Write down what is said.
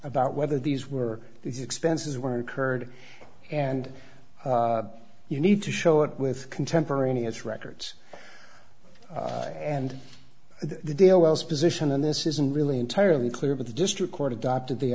about whether these were these expenses were incurred and you need to show up with contemporaneous records and the dalles position on this isn't really entirely clear but the district court adopted the